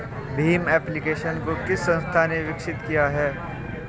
Bhim application को किस संस्था ने विकसित किया है?